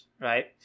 right